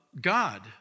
God